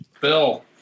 Bill